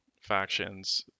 factions